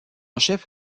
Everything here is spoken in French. chef